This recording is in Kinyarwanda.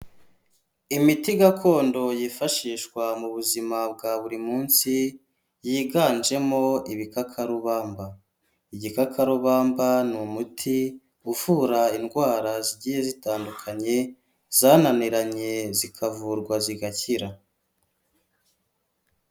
Imiti gakondo yifashishwa mu buzima bwa buri munsi, yiganjemo ibikakarubamba. Igikakarubamba ni umuti uvura indwara zigiye zitandukanye, zananiranye, zikavurwa, zigakira.